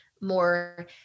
more